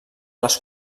les